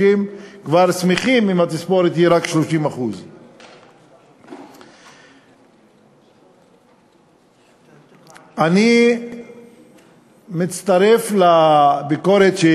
30%; כבר שמחים אם התספורת היא רק 30%. אני מצטרף לביקורת של